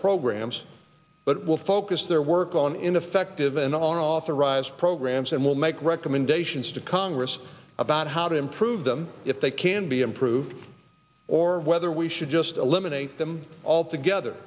programs but will focus their work on ineffective and on authorized programs and will make recommendations to congress about how to improve them if they can be improved or whether we should just eliminate them altogether